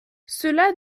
cela